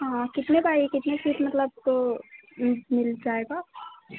हाँ कितने बाय कितने फीट मतलब मिल जाएगा